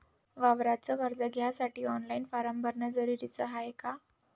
वावराच कर्ज घ्यासाठी ऑनलाईन फारम भरन जरुरीच हाय का?